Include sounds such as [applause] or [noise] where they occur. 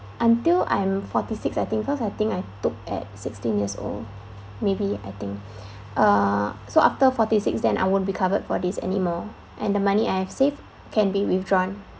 until I'm forty six I think cause I think I took at sixteen years old maybe I think [breath] uh so after forty six then I won't be covered for these anymore and the money I have saved can be withdrawn